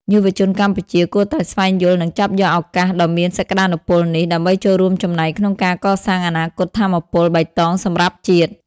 យុវជនកម្ពុជាគួរតែស្វែងយល់ និងចាប់យកឱកាសដ៏មានសក្តានុពលនេះ ដើម្បីចូលរួមចំណែកក្នុងការកសាងអនាគតថាមពលបៃតងសម្រាប់ជាតិ។